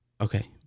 Okay